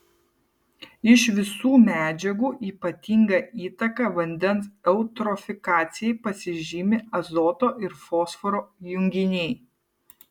iš visų medžiagų ypatinga įtaka vandens eutrofikacijai pasižymi azoto ir fosforo junginiai